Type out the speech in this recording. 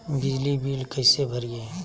बिजली बिल कैसे भरिए?